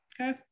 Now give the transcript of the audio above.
Okay